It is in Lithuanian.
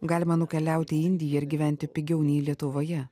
galima nukeliauti į indiją ir gyventi pigiau nei lietuvoje